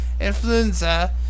influenza